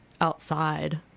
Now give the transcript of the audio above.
outside